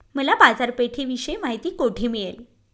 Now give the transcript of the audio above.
मला बाजारपेठेविषयी माहिती कोठे मिळेल?